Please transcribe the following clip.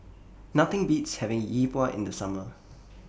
Nothing Beats having Yi Bua in The Summer